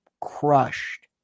crushed